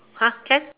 !huh! can